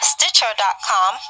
Stitcher.com